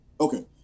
okay